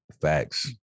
Facts